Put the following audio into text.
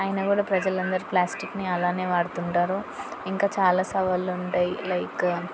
అయినా కూడా ప్రజలు అందరూ ప్లాస్టిక్ని అలానే వాడుతుంటారు ఇంకా చాలా సవాళ్ళు ఉంటాయి లైక్